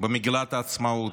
במגילת העצמאות,